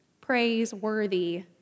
praiseworthy